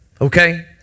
okay